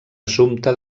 assumpte